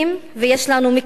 ויש לנו מקרים,